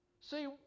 See